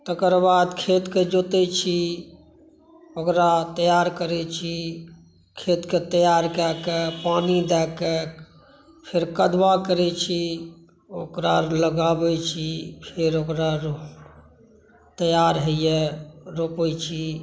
तकर बाद खेतके जोतै छी ओकरा तैआर करै छी खेतके तैआर कए कऽ पानी दए कऽ फेर कदवा करै छी ओकरा लगाबै छी फेर ओकरा तैआर होइया रोपै छी